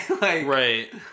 Right